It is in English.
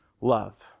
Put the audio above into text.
love